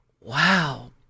Wow